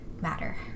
matter